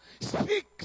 Speak